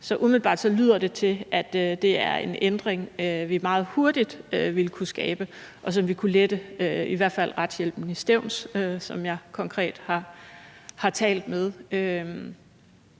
Så umiddelbart lyder det til, at det er en ændring, som vi meget hurtigt ville kunne skabe, og som i hvert fald ville kunne lette det for retshjælpen i Stevns, som jeg konkret har talt med.